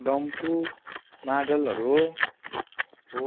डम्फु मादलहरू हो